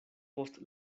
post